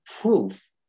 proof